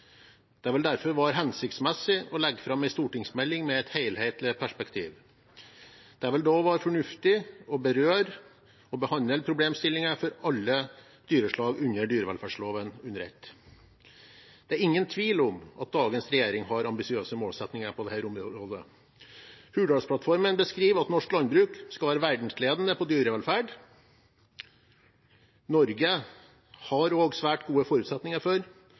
Det vil derfor være hensiktsmessig å legge fram en stortingsmelding med et helhetlig perspektiv. Det vil da være fornuftig å berøre og behandle problemstillinger for alle dyreslag under dyrevelferdsloven under ett. Det er ingen tvil om at dagens regjering har ambisiøse målsettinger på dette området. Hurdalsplattformen beskriver at norsk landbruk skal være verdensledende på dyrevelferd. Norge har også svært gode forutsetninger for,